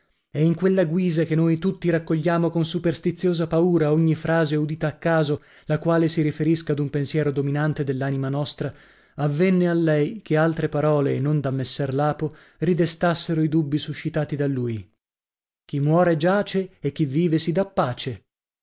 e in quella guisa che noi tutti raccogliamo con superstiziosa paura ogni frase udita a caso la quale si riferisca ad un pensiero dominante dell'anima nostra avvenne a lei che altre parole e non da messer lapo ridestassero i dubbi suscitati da lui chi muore giace e chi vive si dà pace